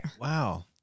Wow